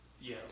Yes